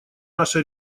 наша